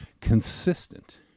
consistent